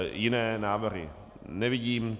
Jiné návrhy nevidím.